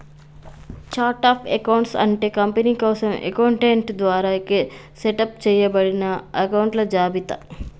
chart of accounts అంటే company కోసం accountant ద్వారా సెటప్ చేయబడిన అకొంట్ల జాబితా